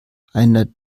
einer